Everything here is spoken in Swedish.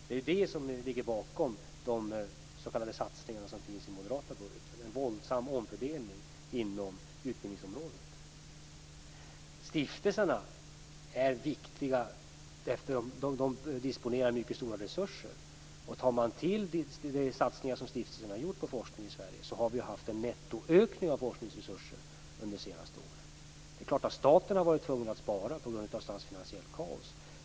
Det är vad som ligger bakom de s.k. satsningarna i de moderata budgetarna, dvs. en våldsam omfördelning inom utbildningsområdet. Stiftelserna är viktiga eftersom de disponerar mycket stora resurser. Tar man med de satsningar som stiftelserna har gjort på forskning i Sverige har vi haft en nettoökning av forskningsresurser under de senaste åren. Det är klart att staten har varit tvungen att spara på grund av statsfinansiellt kaos.